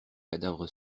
cadavre